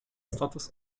status